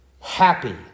happy